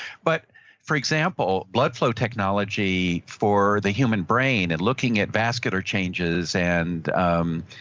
but for example, blood flow technology for the human brain and looking at vascular changes and um